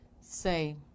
say